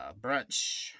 brunch